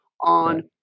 On